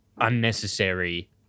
unnecessary